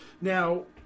Now